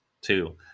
two